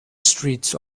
streets